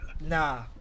Nah